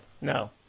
no